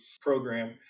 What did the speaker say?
program